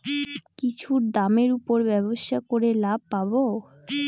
কিছুর দামের উপর ব্যবসা করে লাভ পাবো